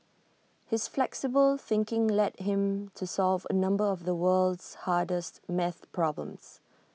his flexible thinking led him to solve A number of the world's hardest maths problems